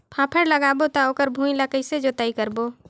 फाफण लगाबो ता ओकर भुईं ला कइसे जोताई करबो?